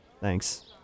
Thanks